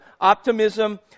optimism